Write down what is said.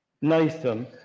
Nathan